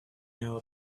know